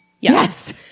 Yes